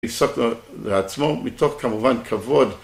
יפסוק לעצמו מתוך כמובן כבוד